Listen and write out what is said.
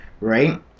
right